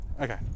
Okay